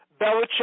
Belichick